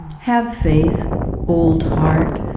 have faith old heart.